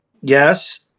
Yes